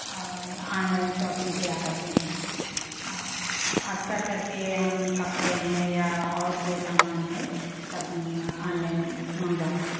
और online shopping किया करते हैं अक्सर करके हम कपड़े हैं या और कोई सामान है सब ऑनलाइन मंगवाते हैं